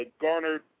garnered